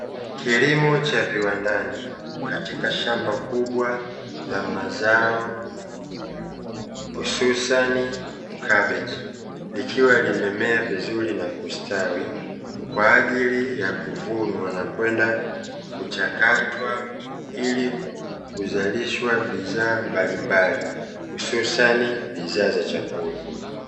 kilimo cha viwandani ndani katika shamba kubwa la mazao kususan kabeji, ikiwa limemea vizuri na kustawi kwa ajili kuchakatwa ili kuzalishwa bidhaa mbalimbali hususan bidhaa za chakula